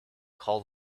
call